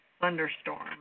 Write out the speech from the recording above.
thunderstorm